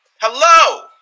Hello